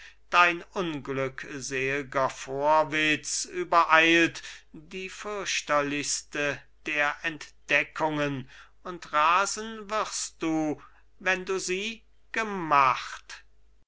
dein unglückselger vorwitz übereilt die fürchterlichste der entdeckungen und rasen wirst du wenn du sie gemacht